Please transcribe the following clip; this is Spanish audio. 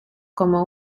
como